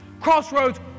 Crossroads